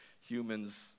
humans